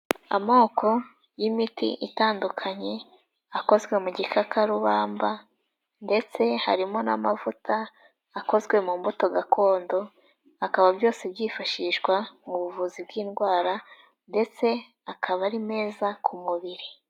Amoko y'imiti itandukanye akozwe mu gikakarubamba ndetse harimo n'amavuta akozwe mu mbuto gakondo, akaba byose byifashishwa mu buvuzi bw'indwara, ndetse akaba ari meza ku mubiri.